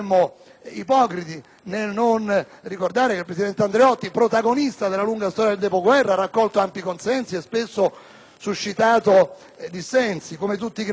nel non ricordare che il presidente Andreotti, protagonista della lunga storia del dopoguerra, ha raccolto ampi consensi e ha spesso suscitato dissensi, come tutti i grandi personaggi.